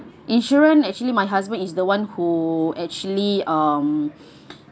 insurance actually my husband is the one who actually um